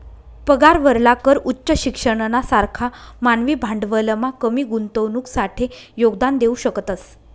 पगारावरला कर उच्च शिक्षणना सारखा मानवी भांडवलमा कमी गुंतवणुकसाठे योगदान देऊ शकतस